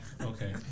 okay